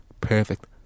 perfect